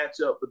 matchup